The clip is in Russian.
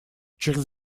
через